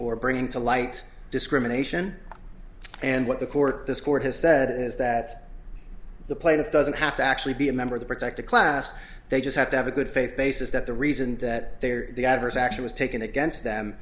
for bringing to light discrimination and what the court this court has said is that the plaintiff doesn't have to actually be a member of the protected class they just have to have a good faith basis that the reason that their the adverse action was taken against them